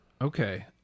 Okay